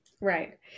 Right